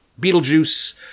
Beetlejuice